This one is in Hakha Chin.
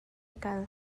kal